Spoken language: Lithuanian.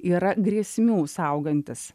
yra grėsmių saugantis